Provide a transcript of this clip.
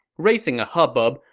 raising a hubbub,